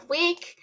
week